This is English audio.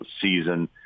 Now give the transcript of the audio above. season